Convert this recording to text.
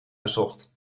bezocht